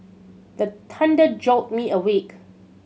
the thunder jolt me awake